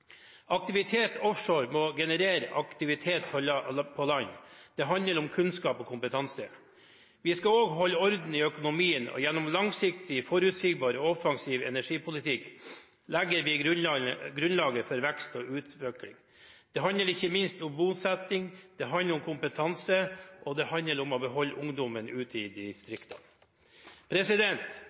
Aktivitet offshore må generere aktivitet på land. Det handler om kunnskap og kompetanse. Vi skal holde orden i økonomien, og gjennom langsiktig, forutsigbar og offensiv energipolitikk legger vi grunnlaget for vekst og utvikling. Det handler ikke minst om bosetting, det handler om kompetanse, og det handler om å beholde ungdommen ute i distriktene.